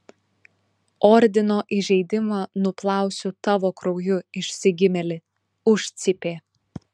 ordino įžeidimą nuplausiu tavo krauju išsigimėli užcypė